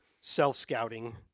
self-scouting –